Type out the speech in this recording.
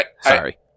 Sorry